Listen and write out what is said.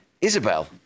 Isabel